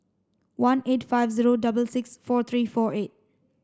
one eight five zero double six four three four eight